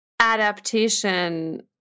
Adaptation